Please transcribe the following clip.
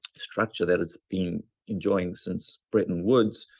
structure that it's been enjoying since bretton woods,